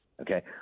okay